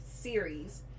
series